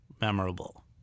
memorable